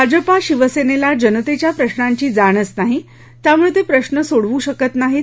भाजप शिवसेनेला जनतेच्या प्रश्नांची जाणच नाही त्यामुळे ते प्रश्न सोडवू शकत नाहीत